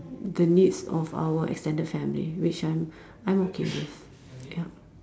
the needs of our extended family which I'm I'm okay with ya